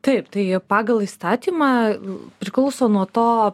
taip tai pagal įstatymą priklauso nuo to